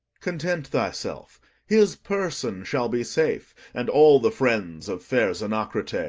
content thyself his person shall be safe, and all the friends of fair zenocrate,